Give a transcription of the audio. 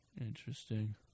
Interesting